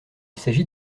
s’agit